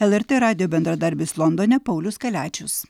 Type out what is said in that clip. lrt radijo bendradarbis londone paulius kaliačius